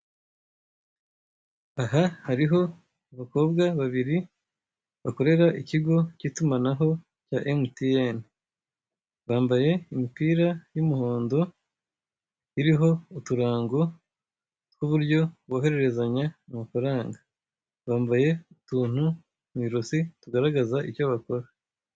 Aha hariho abakobwa babiri bakorera ikigo cy'itumanaho cya emutiyeni, bambaye imipira y'umuhondo iriho uturongo tw'uburyo bohererezanya amafaranga, bambaye utuntu mu ijosi tugaragaza ibyo bakora.